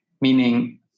meaning